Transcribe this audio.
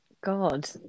God